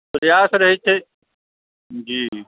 प्रयास रहैत छै जी